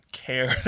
care